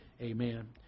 Amen